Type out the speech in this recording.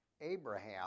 Abraham